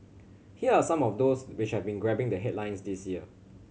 here are some of those which have grabbing the headlines this year